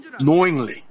knowingly